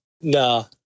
no